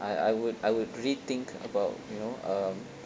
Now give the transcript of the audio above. I I would I would rethink about you know um